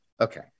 Okay